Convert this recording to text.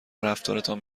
رفتارتان